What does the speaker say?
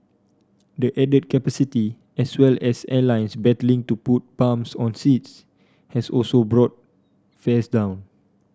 the added capacity as well as airlines battling to put bums on seats has also brought fares down